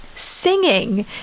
singing